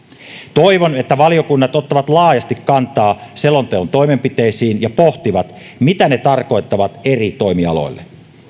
toivon että valiokunnat ottavat laajasti kantaa selonteon toimenpiteisiin ja pohtivat mitä ne tarkoittavat eri toimialoilla